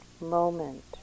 moment